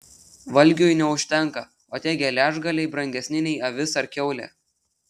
valgiui neužtenka o tie geležgaliai brangesni nei avis ar kiaulė